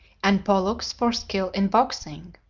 and pollux for skill in boxing.